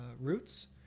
roots